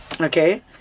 Okay